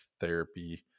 therapy